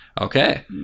Okay